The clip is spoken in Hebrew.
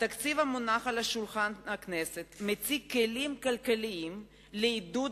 התקציב המונח על שולחן הכנסת מציג כלים כלכליים לעידוד